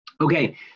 Okay